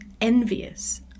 envious